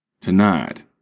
Tonight